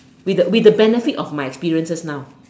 with the with the benefit of my experiences now